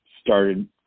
started